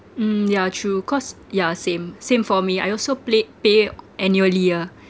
mm ya true cause ya same same for me I also play pay annually ah